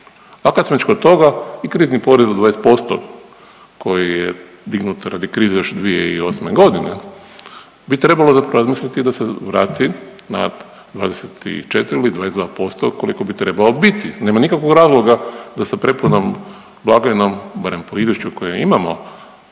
A kad smo već kod toga i krizni porez od 20% koji je dignut radi krize još 2008. godine bi trebalo zapravo razmisliti da se vrati na 24 ili 22% koliko bi trebao biti. Nema nikakvog razloga da sa prepunom blagajnom barem po izvješću koje imamo